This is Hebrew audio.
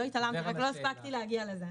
לא התעלמתי, רק לא הספקתי להגיע לזה.